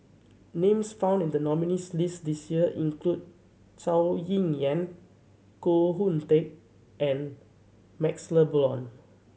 names found in the nominees' list this year include Zhou Ying Yan Koh Hoon Teck and MaxLe Blond